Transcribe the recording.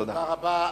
תודה רבה.